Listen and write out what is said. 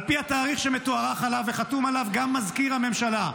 על פי התאריך שמתוארך עליו וחתום עליו גם מזכיר הממשלה,